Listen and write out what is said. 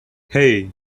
hey